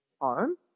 home